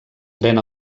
pren